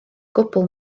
gwbl